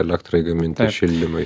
elektrai gaminti šildymui